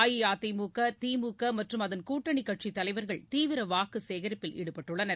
அஇஅதிமுக திமுக மற்றும் அதன் கூட்டணிக் கட்சித் தலைவர்கள் தீவிர வாக்குச்சேகரிப்பில் ஈடுபட்டுள்ளனர்